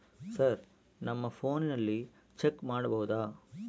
Sir ನಮ್ಮ ಫೋನಿನಲ್ಲಿ check ಮಾಡಬಹುದಾ?